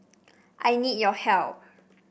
I need your help